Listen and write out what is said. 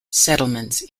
settlements